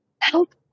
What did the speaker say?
help